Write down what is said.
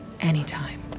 Anytime